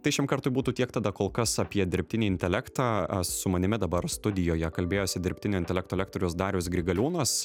tai šiam kartui būtų tiek tada kol kas apie dirbtinį intelektą su manimi dabar studijoje kalbėjosi dirbtinio intelekto lektorius darius grigaliūnas